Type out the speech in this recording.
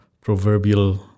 proverbial